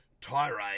tirade